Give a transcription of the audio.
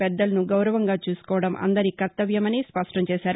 పెద్దలను గౌరవంగా చూసుకోవడం అందరి కర్తవ్యమని స్పష్టంచేశారు